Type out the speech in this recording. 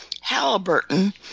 Halliburton